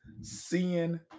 seeing